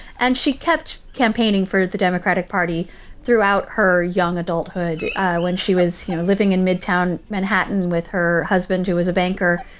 and she kept campaigning for the democratic party throughout her young adulthood when she was, you know, living in midtown manhattan with her husband, who was a banker.